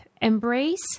embrace